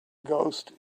ghost